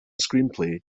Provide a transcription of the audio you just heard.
screenplay